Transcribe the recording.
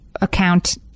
account